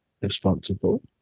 responsible